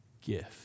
gift